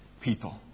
people